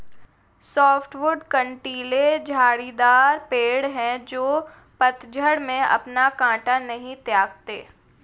softwood कँटीले झाड़ीदार पेड़ हैं जो पतझड़ में अपना काँटा नहीं त्यागते